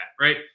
right